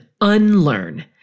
unlearn